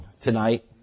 tonight